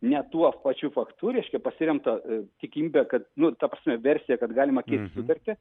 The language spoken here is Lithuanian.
ne tuo pačiu faktūriškai pasiremta tikimybe kad nu ta prasme versija kad galima keist sutartį